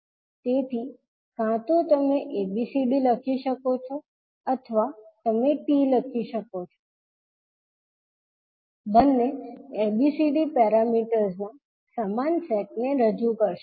તેથી કાં તો તમે ABCD લખી શકો છો અથવા તમે T લખી શકો છો બંને ABCD પેરામીટર્સ ના સમાન સેટને રજૂ કરશે